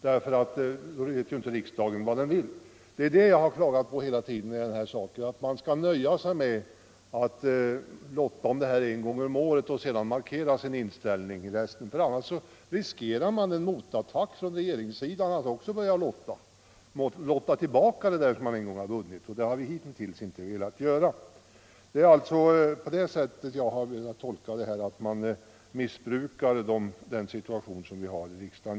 Då visar riksdagen att den inte vet vad den vill. Vad jag hela tiden klagat över är att man inte nöjer sig med att lotta en gång om året i varje fråga och på så sätt markera sin inställning. Annars riskerar riksdagen att även regeringspartiet går till en motattack och börjar lotta. Det kan bli så att man förlorar lottningen i en fråga som man en gång har vunnit. Så har vi hittills inte velat göra, för jag anser att det är ett missbruk av den situation vi har i dag.